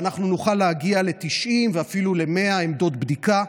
ואנחנו נוכל להגיע ל-90 ואפילו ל-100 עמדות בדיקה.